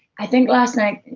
i think last night,